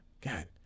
God